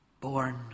born